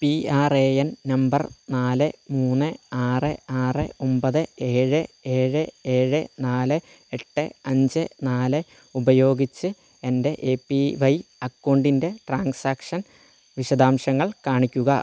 P R A N number നാല് മൂന്ന് ആറ് ആറ് ഒമ്പത് ഏഴ് ഏഴ് ഏഴ് നാല് എട്ട് അഞ്ച് നാല് ഉപയോഗിച്ച് എൻ്റെ എ പി വൈ അക്കൗണ്ടിൻ്റെ ട്രാൻസാക്ഷൻ വിശദാംശങ്ങൾ കാണിക്കുക